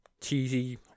cheesy